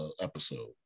episode